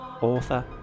author